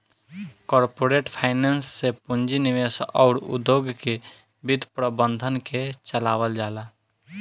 corporate finance से पूंजी निवेश अउर उद्योग के वित्त प्रबंधन के चलावल जाला